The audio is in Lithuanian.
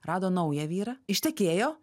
rado naują vyrą ištekėjo